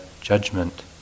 judgment